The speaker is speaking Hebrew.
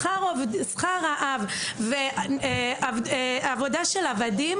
שכר עבודה של עבדים,